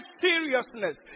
seriousness